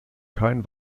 kein